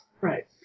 Right